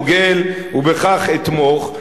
בזה אני דוגל ובכך אתמוך,